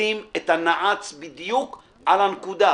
שים את הנעץ בדיוק על הנקודה,